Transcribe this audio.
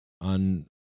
on